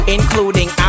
Including